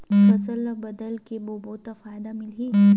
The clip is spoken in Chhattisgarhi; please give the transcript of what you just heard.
फसल ल बदल के बोबो त फ़ायदा मिलही?